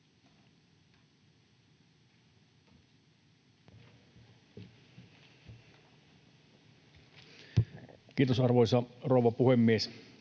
Kiitos, arvoisa rouva puhemies!